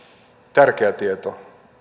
tärkeä ja